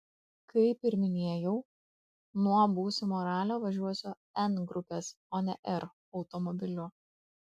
kaip ir minėjau nuo būsimo ralio važiuosiu n grupės o ne r automobiliu